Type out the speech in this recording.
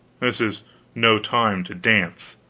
this is no time to dance.